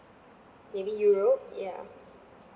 maybe europe ya